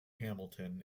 hamilton